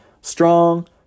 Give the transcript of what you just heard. strong